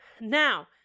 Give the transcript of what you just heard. Now